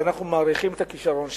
אנחנו מעריכים את הכשרון שלך,